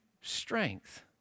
strength